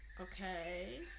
Okay